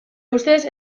ustez